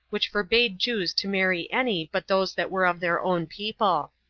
which forbade jews to marry any but those that were of their own people.